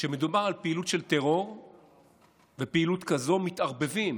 כשמדובר על פעילות של טרור ופעילות כזאת, מתערבבים